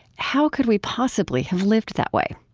how could we possibly have lived that way?